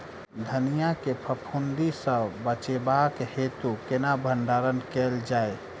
धनिया केँ फफूंदी सऽ बचेबाक हेतु केना भण्डारण कैल जाए?